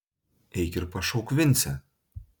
eik ir pašauk vincę